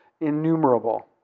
innumerable